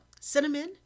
cinnamon